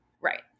Right